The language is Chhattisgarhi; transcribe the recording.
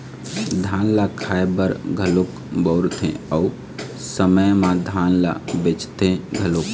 धान ल खाए बर घलोक बउरथे अउ समे म धान ल बेचथे घलोक